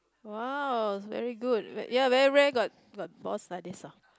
!wow! it's very good ya very rare got got boss like this orh